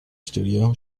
studio